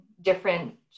different